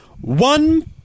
one